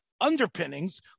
underpinnings